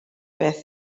beth